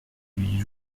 huit